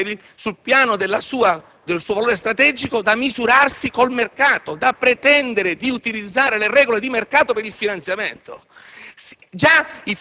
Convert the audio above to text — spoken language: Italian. positivo sul piano del suo valore strategico da misurarsi con il mercato e da pretendere di utilizzare le regole di mercato per il suo finanziamento.